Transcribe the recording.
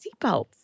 seatbelts